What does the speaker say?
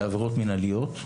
לעבירות מינהליות,